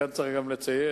כאן צריך גם לציין